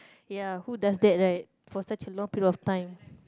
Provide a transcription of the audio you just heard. ya who does that right for such a long period of time